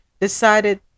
decided